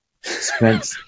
spent